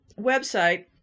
website